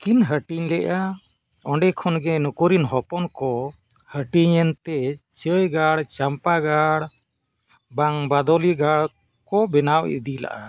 ᱠᱤᱱ ᱦᱟᱹᱴᱤᱧ ᱞᱮᱜᱼᱟ ᱚᱸᱰᱮ ᱠᱷᱚᱱ ᱜᱮ ᱱᱩᱠᱩᱨᱮᱱ ᱦᱚᱯᱚᱱ ᱠᱚ ᱦᱟᱹᱴᱤᱧᱮᱱ ᱛᱮ ᱪᱟᱹᱭ ᱜᱟᱲ ᱪᱟᱢᱯᱟ ᱜᱟᱲ ᱵᱟᱝ ᱵᱟᱫᱳᱞᱤ ᱜᱟᱲ ᱠᱚ ᱵᱮᱱᱟᱣ ᱤᱫᱤ ᱞᱮᱜᱼᱟ